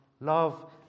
Love